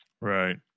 Right